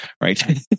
right